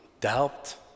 doubt